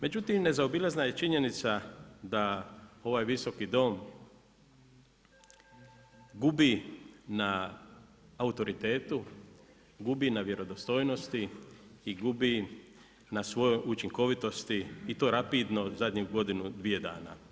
Međutim, nezaobilazna je činjenica da ovaj Visoki dom, gubi na autoritetu, gubi na vjerodostojnosti i gubi na svojoj učinkovitosti i to rapidno u zadnju godinu, dvije dana.